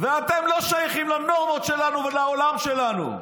ואתם לא שייכים לנורמות שלנו ולעולם שלנו.